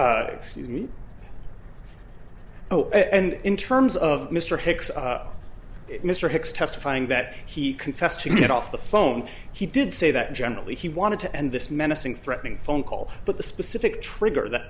y excuse me and in terms of mr hicks mr hicks testifying that he confessed to get off the phone he did say that generally he wanted to end this menacing threatening phone call but the specific trigger that